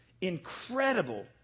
Incredible